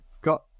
got